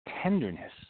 tenderness